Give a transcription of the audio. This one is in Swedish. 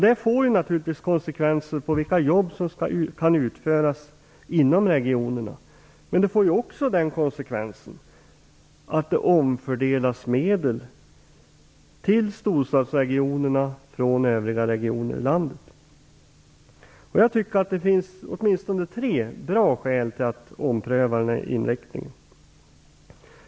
Det får naturligtvis konsekvenser för vilka jobb som kan utföras inom regionerna. Men det får också den konsekvensen att det omfördelas medel till storstadsregionerna från övriga regioner i landet. Det finns åtminstone tre bra skäl till att ompröva den inriktningen.